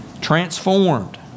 Transformed